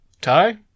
tie